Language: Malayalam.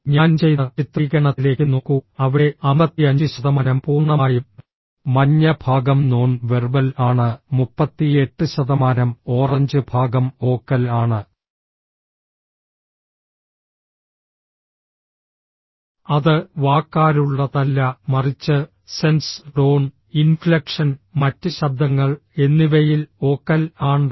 ഞാൻ ചെയ്ത ചിത്രീകരണത്തിലേക്ക് നോക്കൂ അവിടെ 55 ശതമാനം പൂർണ്ണമായും മഞ്ഞ ഭാഗം നോൺ വെർബൽ ആണ് 38 ശതമാനം ഓറഞ്ച് ഭാഗം ഓക്കൽ ആണ് അത് വാക്കാലുള്ളതല്ല മറിച്ച് സെൻസ് ടോൺ ഇൻഫ്ലക്ഷൻ മറ്റ് ശബ്ദങ്ങൾ എന്നിവയിൽ ഓക്കൽ ആണ്